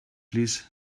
plîs